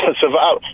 survive